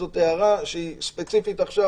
זאת הערה שהיא ספציפית עכשיו,